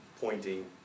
pointing